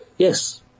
Yes